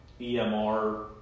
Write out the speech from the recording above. EMR